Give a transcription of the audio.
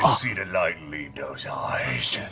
um see the light leave those eyes.